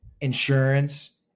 insurance